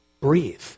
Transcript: breathe